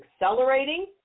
accelerating